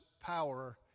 power